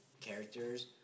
characters